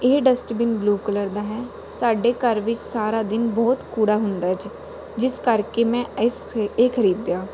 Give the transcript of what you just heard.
ਇਹ dustbin blue colour ਦਾ ਹੈ ਸਾਡੇ ਘਰ ਵਿੱਚ ਸਾਰਾ ਦਿਨ ਬਹੁਤ ਕੂੜਾ ਹੁੰਦਾ ਜੀ ਜਿਸ ਕਰਕੇ ਮੈਂ ਇਸ ਇਹ ਖਰੀਦਿਆ